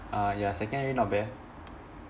ah ya second really not bad eh